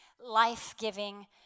life-giving